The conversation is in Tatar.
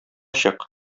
чык